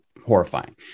horrifying